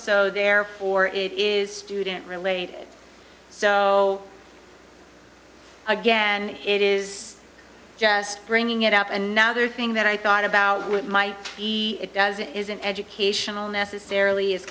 so therefore it is student related so again it is just bringing it up and now there are thing that i thought about what might be it does it is an educational